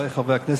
חברי חברי הכנסת,